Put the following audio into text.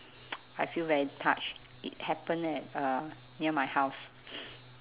I feel very touched it happened at uh near my house